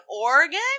Oregon